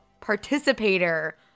participator